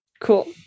Cool